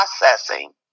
processing